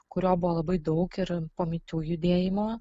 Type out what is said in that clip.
kurio buvo labai daug ir po me too judėjimo